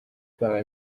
байгаа